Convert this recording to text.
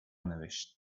نوشت